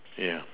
yeah